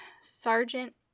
sergeant